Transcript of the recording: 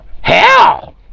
hell